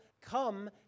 come